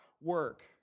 work